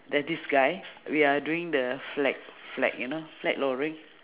there's this guy we are doing the flag flag you know flag lowering